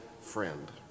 friend